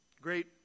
great